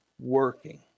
working